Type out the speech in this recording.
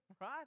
Right